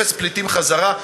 אפס פליטים חזרה,